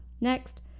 Next